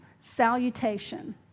salutation